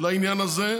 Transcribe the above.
לעניין הזה,